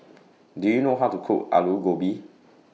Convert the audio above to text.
Do YOU know How to Cook Alu Gobi